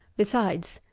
besides,